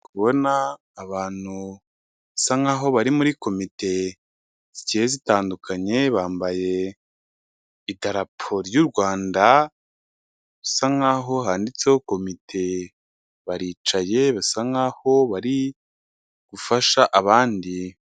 Kubona abantu basa nkaho bari muri komite zigiye zitandukanye, bambaye idarapo ry'u Rwanda, basa nkaho handitseho komite baricaye basa nkaho bari gufasha abandi.